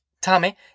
Tommy